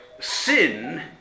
sin